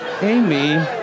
Amy